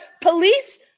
police